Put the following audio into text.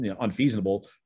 unfeasible